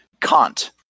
Kant